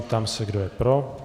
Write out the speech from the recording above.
Ptám se, kdo je pro.